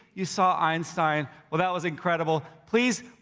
you saw einstein. well, that was incredible. please,